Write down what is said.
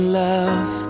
love